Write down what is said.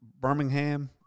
Birmingham